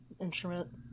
instrument